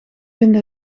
vinden